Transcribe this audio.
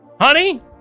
Honey